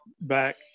back